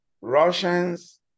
russians